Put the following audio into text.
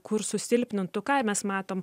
kur susilpnintų ką i mes matom